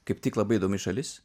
kaip tik labai įdomi šalis